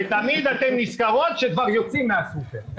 תמיד אתן נזכרות כשיוצאים מהסופר,